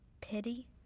pity